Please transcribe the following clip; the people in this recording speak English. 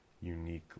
unique